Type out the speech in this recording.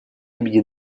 имени